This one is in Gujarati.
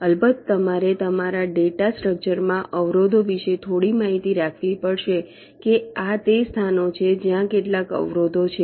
અલબત્ત તમારે તમારા ડેટા સ્ટ્રક્ચરમાં અવરોધો વિશે થોડી માહિતી રાખવી પડશે કે આ તે સ્થાનો છે જ્યાં કેટલાક અવરોધો છે